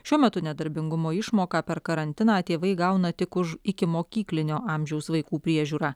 šiuo metu nedarbingumo išmoką per karantiną tėvai gauna tik už ikimokyklinio amžiaus vaikų priežiūrą